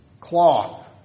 cloth